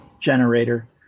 generator